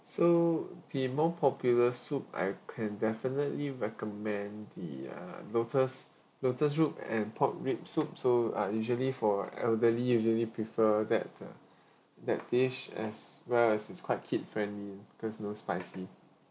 so the most popular soup I can definitely recommend the uh lotus lotus root and pork rib soup so uh usually for elderly usually prefer that ah that dish as well as is quite kid friendly because no spicy